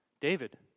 David